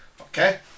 Okay